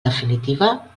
definitiva